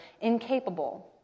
incapable